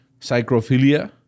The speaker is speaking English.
Psychophilia